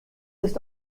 ist